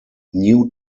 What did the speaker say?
new